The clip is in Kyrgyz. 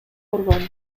көргөн